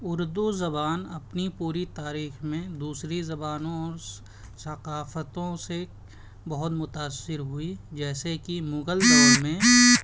اردو زبان اپنی پوری تاریخ میں دوسری زبانوں اور ثقافتوں سے بہت متاثر ہوئی جیسے کہ مغل دور میں